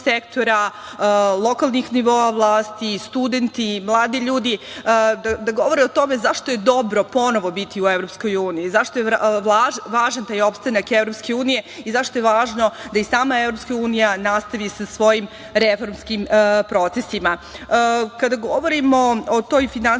lokalnih nivoa vlasti, studenti, mladi ljudi, da govore o tome zašto je dobro ponovo biti u EU, zašto je važan taj opstanak EU i zašto je važno da i sama EU nastavi sa svojim reformskim procesima. Kada govorimo o toj finansijskoj